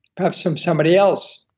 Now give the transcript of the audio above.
perhaps from somebody else,